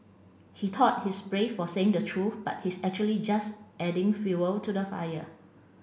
he thought he's brave for saying the truth but he's actually just adding fuel to the fire